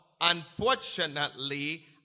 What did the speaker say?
unfortunately